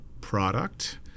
product